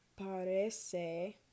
parece